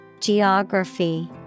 Geography